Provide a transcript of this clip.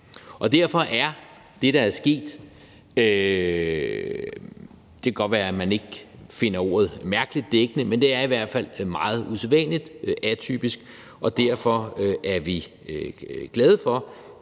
en domstol har sagt god for det. Det kan godt være, at man ikke finder ordet mærkeligt dækkende for det, der er sket, men det er i hvert fald meget usædvanligt og atypisk, og derfor er vi glade for,